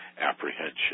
apprehension